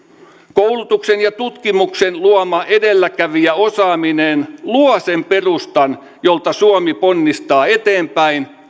koulutuksen ja tutkimuksen luoma edelläkävijäosaaminen luo sen perustan jolta suomi ponnistaa eteenpäin